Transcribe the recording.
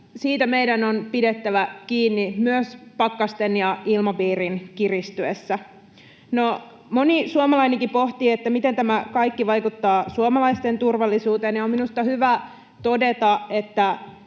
Siitä meidän on pidettävä kiinni myös pakkasten ja ilmapiirin kiristyessä. No, moni suomalainenkin pohtii, miten tämä kaikki vaikuttaa suomalaisten turvallisuuteen, ja on minusta hyvä todeta,